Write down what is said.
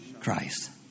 Christ